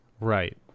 Right